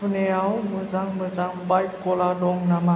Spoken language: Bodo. पुनेयाव मोजां मोजां बाइक गला दं नामा